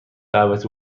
دعوت